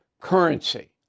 currency